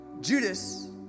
Judas